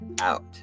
out